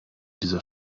dieser